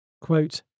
quote